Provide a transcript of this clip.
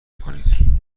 کنید